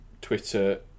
Twitter